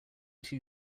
two